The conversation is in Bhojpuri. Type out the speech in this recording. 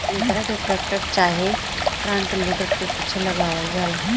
एकरा के टेक्टर चाहे फ्रंट लोडर के पीछे लगावल जाला